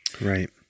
Right